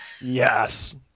Yes